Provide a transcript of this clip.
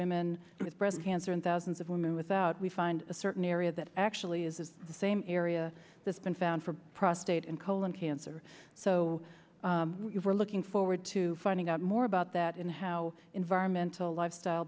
women with breast cancer and thousands of women without we find a certain area that actually is of the same area that's been found for prostate and colon cancer so we're looking forward to finding out more about that and how environmental lifestyle